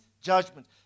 judgment